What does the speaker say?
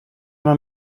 man